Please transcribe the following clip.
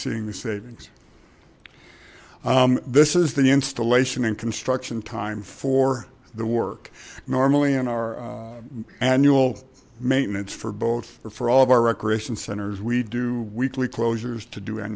seeing the savings this is the installation and construction time for the work normally in our annual maintenance for both for all of our recreation centers we do weekly closures to do an